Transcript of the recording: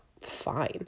fine